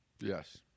Yes